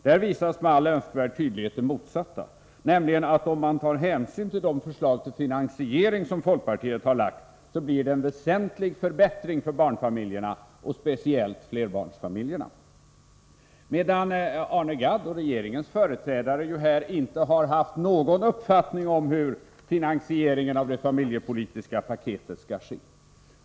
Där visas med all önskvärd tydlighet det motsatta, nämligen att det om man tar hänsyn till de förslag till finansiering som folkpartiet har lagt fram, blir en väsentlig förbättring för barnfamiljerna och speciellt flerbarnsfamiljerna. Arne Gadd och regeringens företrädare har däremot inte haft någon uppfattning om hur finansieringen av det familjepolitiska paketet skall ske.